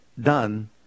done